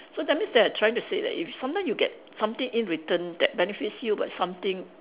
so that means they are trying to say that if sometime you get something in return that benefits you but something